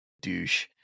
douche